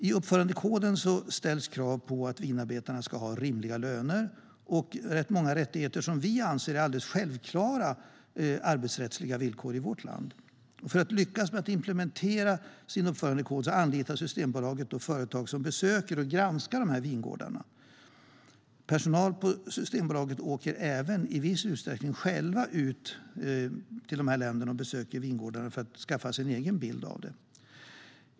I uppförandekoden ställs krav på att vinarbetarna ska ha rimliga löner och rätt många rättigheter som vi anser är alldeles självklara arbetsrättsliga villkor i vårt land. För att lyckas med att implementera sin uppförandekod anlitar Systembolaget företag som besöker och granskar vingårdarna. Personal på Systembolaget åker även i viss utsträckning själv till dessa länder och besöker vingårdarna för att skaffa sig en egen bild.